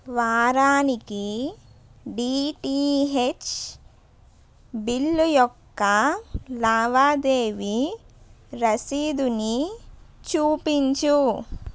వారానికి DTH bill యొక్క లావాదేవీ రసీదుని చూపించు